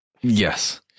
Yes